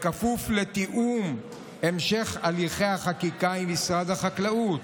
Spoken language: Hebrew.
בכפוף לתיאום המשך הליכי החקיקה עם משרד החקלאות,